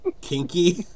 Kinky